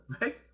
right